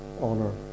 honor